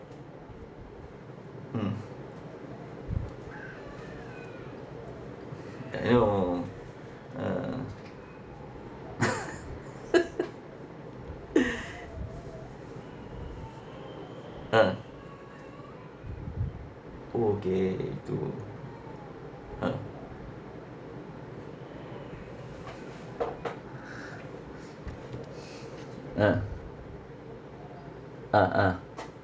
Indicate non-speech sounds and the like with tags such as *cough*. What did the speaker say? mm ya I know ah *laughs* ah orh okay to ah ah a'ah